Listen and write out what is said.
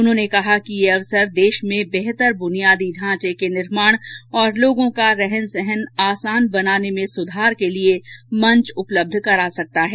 उन्होंने कहा कि यह अवसर देश में बेहतर बुनियादी ढांचे के निर्माण और लोगों का रहन सहन आसान बनाने में सुधार के लिए मंच उपलब्ध करा सकता है